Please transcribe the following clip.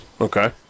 Okay